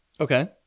Okay